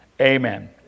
amen